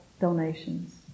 donations